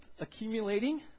accumulating